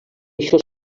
això